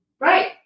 Right